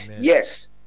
Yes